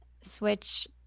Switch